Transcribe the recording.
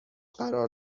قرار